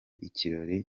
ikirori